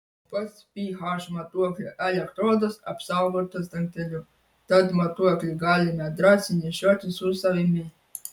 pats ph matuoklio elektrodas apsaugotas dangteliu tad matuoklį galime drąsiai nešiotis su savimi